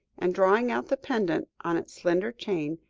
and drawing out the pendant on its slender chain,